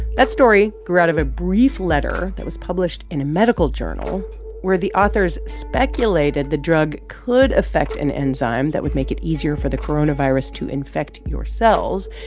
that story grew out of a brief letter that was published in a medical journal where the authors speculated the drug could affect an enzyme that would make it easier for the coronavirus to infect your cells.